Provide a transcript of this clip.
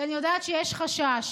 כי אני יודעת שיש חשש,